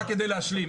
רק כדי להשלים,